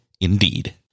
Indeed